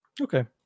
Okay